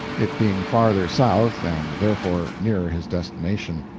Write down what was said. it being farther south and therefore nearer his destination.